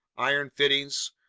iron fittings,